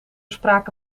sprake